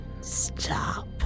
Stop